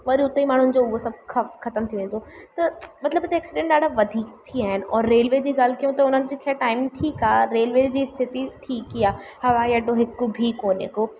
वरी उते ई माण्हुनि जो उहो सभु खफ ख़तम थी वेंदो त मतिलबु हिते एक्सीडैंट ॾाढा वधीक थी विया आहिनि और रेलवे जी ॻाल्हि कयूं त उन्हनि जी ख़ैर टाइमिंग ठीकु आहे रेलवे जी स्थिती ठीक ई आहे हवाईअड्डो हिकु बि कोन्हे को